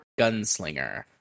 Gunslinger